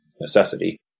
necessity